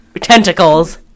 tentacles